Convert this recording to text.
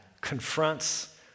confronts